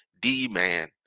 D-Man